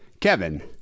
Kevin